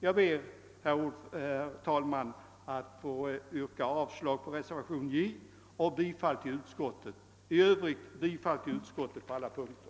Jag yrkar avslag på reservationen under punkten J och bifall till utskottets hemställan på alla punkter.